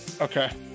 Okay